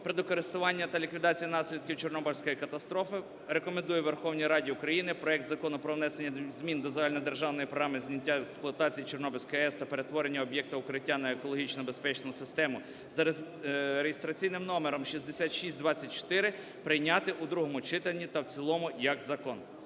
природокористування та ліквідації наслідків Чорнобильської катастрофи рекомендує Верховній Раді України проект Закону про внесення змін до Загальнодержавної програми зняття з експлуатації Чорнобильської АЕС та перетворення об'єкта "Укриття" на екологічно безпечну систему (за реєстраційним номером 6624) прийняти у другому читанні та в цілому як закон.